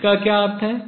इसका क्या अर्थ है